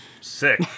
Sick